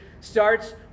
starts